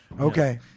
okay